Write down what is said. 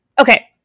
okay